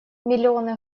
миллионы